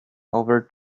over